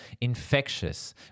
infectious